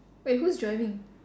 wait who's driving